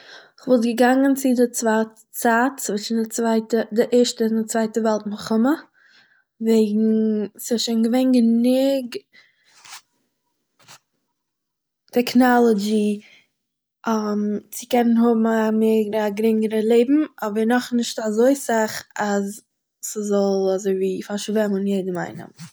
איך וואלט געגאנגען צו דער צווייט- צייט צווישן די צווייטע- די ערשטע און די צווייטע וועלט מלחמה וועגן ס'איז שוין געווען גענוג טעכנאלעדזשי צו קענען האבן א מער גרינגערע לעבן, אבער נאכנישט אזוי סאך אז ס'זאל אזויווי פארשב יעדן איינעם